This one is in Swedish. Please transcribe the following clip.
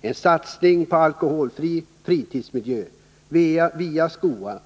Denna satsning skall bl.a. avse försök att åstadkomma en alkoholfri fritidsmiljö via